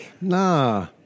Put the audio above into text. Nah